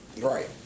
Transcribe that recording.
Right